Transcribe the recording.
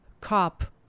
cop